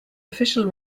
official